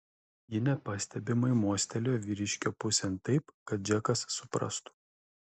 ji nepastebimai mostelėjo vyriškio pusėn taip kad džekas suprastų